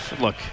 look